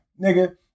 nigga